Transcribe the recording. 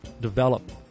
develop